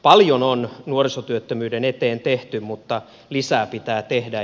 paljon on nuorisotyöttömyyden eteen tehty mutta lisää pitää tehdä